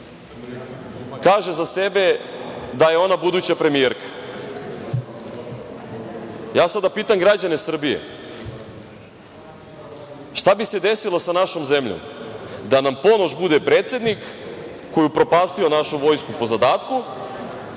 kaže za sebe da je ona buduća premijerka. Ja sada pitam građane Srbije - šta bi se desilo sa našom zemljom da nam Ponoš bude predsednik koji je upropastio našu vojsku po zadatku,